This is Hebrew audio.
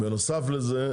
בנוסף לזה,